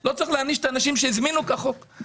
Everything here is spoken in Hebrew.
לא צריך להעניש את האנשים שהזמינו כחוק.